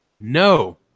No